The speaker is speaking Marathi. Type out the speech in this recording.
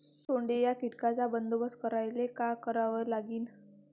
सोंडे या कीटकांचा बंदोबस्त करायले का करावं लागीन?